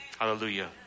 Hallelujah